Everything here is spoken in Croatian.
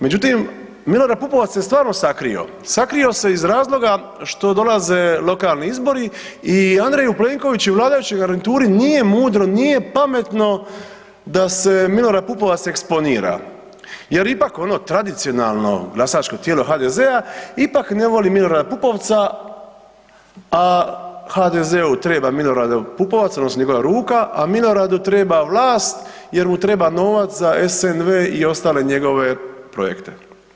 Međutim, Milorad Pupovac se stvarno sakrio, sakrio se iz razloga što dolaze lokalni izbori i Andreju Plenkoviću i vladajućoj garnituri nije mudro, nije pametno da se Milorad Pupovac eksponira jer ipak ono tradicionalno glasačko tijelo HDZ-a ipak ne voli Milorada Pupovca, a HDZ-u treba Milorad Pupovac odnosno njegova ruka, a Miloradu treba vlast jer mu treba novac za SNV i ostale njegove projekte.